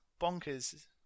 bonkers